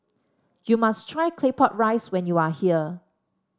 you must try Claypot Rice when you are here